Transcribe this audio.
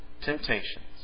temptations